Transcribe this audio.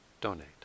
donate